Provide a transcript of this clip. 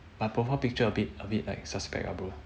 but profile picture a bit a bit like suspect ah bro